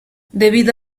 debido